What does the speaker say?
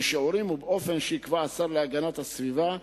בשיעורים ובאופן שיקבע השר להגנת הסביבה,